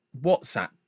WhatsApp